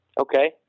Okay